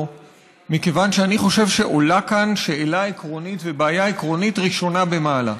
מכיוון שאני חושב שעולה כאן שאלה עקרונית ובעיה עקרונית ראשונה במעלה: